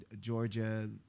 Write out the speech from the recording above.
Georgia